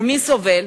ומי סובל?